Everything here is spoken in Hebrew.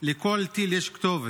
לכל טיל יש כתובת,